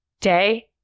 day